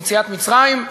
ביציאת מצרים,